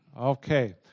Okay